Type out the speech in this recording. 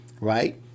right